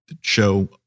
show